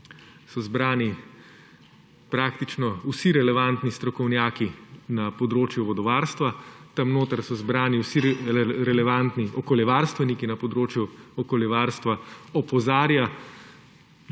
so zbrani praktično vsi relevantni strokovnjaki na področju vodovarstva, tam notri so zbrani vsi relevantni okoljevarstveniki na področju okoljevarstva, opozarja,